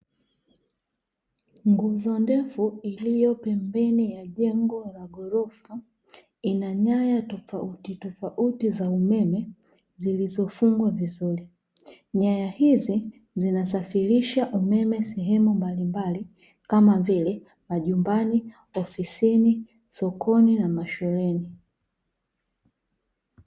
Nguzo ndefu iliyo pembeni ya jengo la ghorofa ina nyaya tofauti tofauti za umeme zilizofungwa vizuri, nyaya hizi zinasafirisha umeme sehemu mbalimbali kama vile majumbani, ofisini, sokoni na mashuleni